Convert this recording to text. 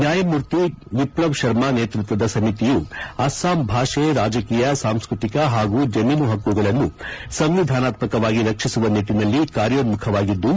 ನ್ನಾಯಮೂರ್ತಿ ಬಿಫ್ಲಬ್ ಶರ್ಮಾ ನೇತೃತ್ತದ ಸಮಿತಿಯು ಅಸ್ತಾಂ ಭಾಷೆ ರಾಜಕೀಯ ಸಾಂಸ್ಟೃತಿಕ ಹಾಗೂ ಜಮೀನು ಹಕ್ಕುಗಳನ್ನು ಸಂವಿಧಾನತ್ತಕವಾಗಿ ರಕ್ಷಿಸುವ ನಿಟ್ಟನಲ್ಲಿ ಕಾರ್ಯೋನ್ನುಖವಾಗಿದ್ದು